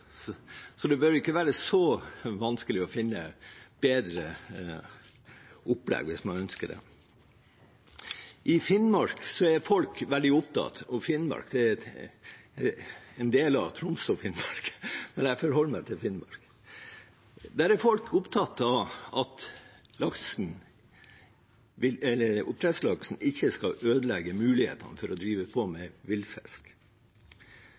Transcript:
så det behøver ikke være så vanskelig å finne et bedre opplegg hvis man ønsker det. I Finnmark – som jo er en del av Troms og Finnmark, men jeg forholder meg til Finnmark – er folk opptatt av at oppdrettslaksen ikke skal ødelegge mulighetene for å drive med villfisk.